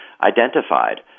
identified